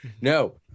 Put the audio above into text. No